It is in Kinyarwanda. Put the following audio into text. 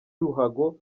ruhago